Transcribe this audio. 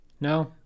No